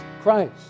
Christ